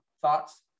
thoughts